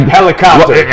Helicopter